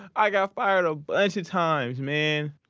i got fired a buncha times, man.